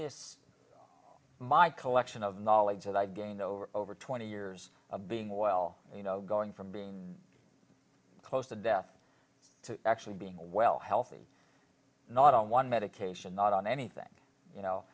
this my collection of knowledge that i've gained over over twenty years of being well you know going from being close to death to actually being a well healthy not on one medication not on anything you know